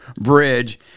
bridge